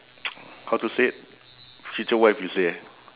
how to say it future wife you say eh